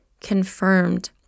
confirmed